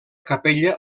capella